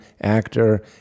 actor